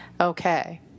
Okay